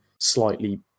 slightly